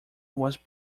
was